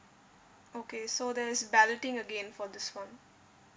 okay so there's balloting again for this [one]